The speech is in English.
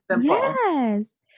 Yes